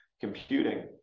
computing